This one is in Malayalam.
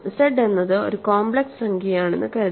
Z എന്നത് ഒരു കോംപ്ലെക്സ് സംഖ്യയാണെന്നു കരുതുക